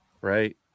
right